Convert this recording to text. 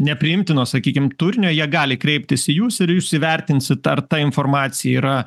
nepriimtino sakykim turinio jie gali kreiptis į jus ir jūs įvertinsit ar ta informacija yra